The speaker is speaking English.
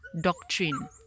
doctrine